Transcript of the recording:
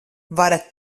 varat